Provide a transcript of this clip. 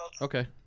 okay